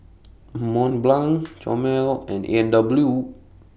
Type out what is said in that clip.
Mont Blanc Chomel and A and W